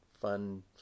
fun